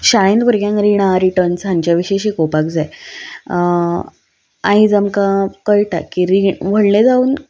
शाळेंत भुरग्यांक रिणां रिटन्स हांच्या विशीं शिकोवपाक जाय आयज आमकां कळटा की रीण व्हडलें जावन